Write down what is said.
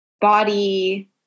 body